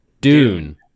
dune